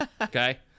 Okay